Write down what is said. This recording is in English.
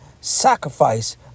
sacrifice